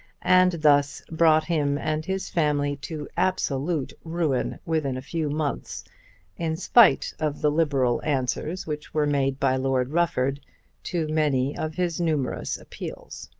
and thus brought him and his family to absolute ruin within a few months in spite of the liberal answers which were made by lord rufford to many of his numerous appeals.